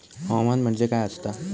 हवामान म्हणजे काय असता?